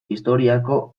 historiako